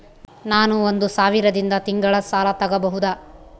ನಾನು ಒಂದು ಸಾವಿರದಿಂದ ತಿಂಗಳ ಸಾಲ ತಗಬಹುದಾ?